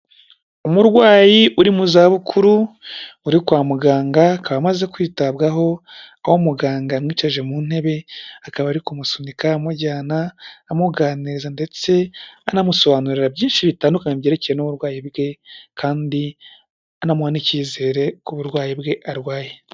Umurwayi uri mu zabukuru uri kwa muganga akaba amaze kwitabwaho aho muganga amwicaje mu ntebe akaba ari kumusunika amujyana, amuganiriza ndetse anamusobanurira byinshi bitandukanye byerekeye n'uburwayi bwe kandi anamuha n'ikizere ku burwayi bwe arwaye.